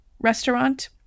restaurant